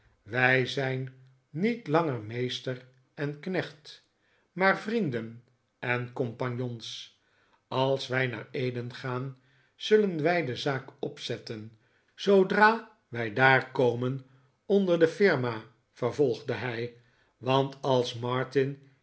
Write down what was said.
wij zijn niet langer meester en knecht maar vrienden en compagnons als wij naar eden gaan zullen wij de zaak opzetten zoodra wij daar komen onder de firma vervolgde hij want als